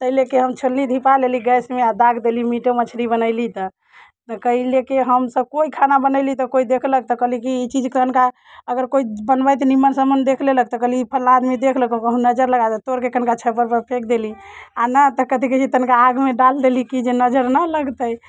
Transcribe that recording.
तै लअके हम छोलनी धिपा लेली गैसमे आओर दागि देली मीटो मछली बनैली तऽ तऽ कहि लैके तऽ हमसभ कोइ खाना बनैली तऽ कोइ देखलक तऽ कहली कि ई चीज कनिका अगर कोइ बनबैत निमन सामान देख लेलक तऽ कहली ई फल्लां आदमी देखि लेलकौ कहुँ नजरि लगा देत तोड़िके कनिका छप्परपर फेक देली आओर नहि तऽ कथि कहै हय तनिका आगमे डाल देली कि जे नजरि नहि लगतै